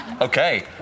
Okay